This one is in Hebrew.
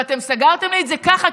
ואתם סגרתם לי את זה ככה,